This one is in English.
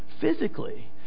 physically